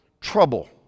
trouble